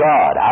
God